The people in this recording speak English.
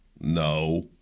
No